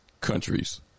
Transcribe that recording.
countries